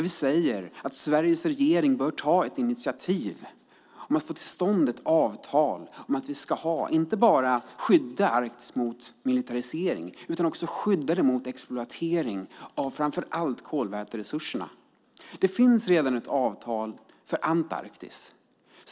Vi säger att Sveriges regering bör ta ett initiativ om att få till stånd ett avtal om att vi inte bara ska skydda Arktis mot militarisering utan också mot exploatering av framför allt kolväteresurserna. Det finns redan ett avtal för Antarktis.